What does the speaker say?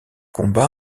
combat